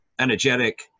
energetic